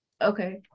Okay